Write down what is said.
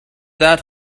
that